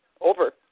Over